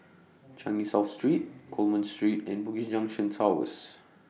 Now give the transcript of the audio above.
Changi South Street Coleman Street and Bugis Junction Towers